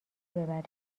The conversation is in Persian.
ببریم